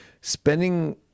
spending